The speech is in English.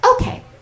okay